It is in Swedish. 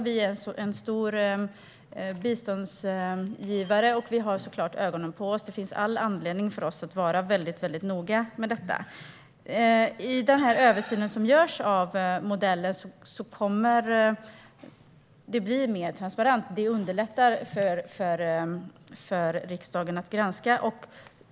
Vi är en stor biståndsgivare, och vi har ögonen på oss. Det finns all anledning för oss att vara väldigt noga med detta. I den översyn av modellen som görs kommer det att bli mer transparent. Det underlättar för riksdagen att granska.